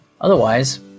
Otherwise